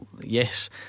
Yes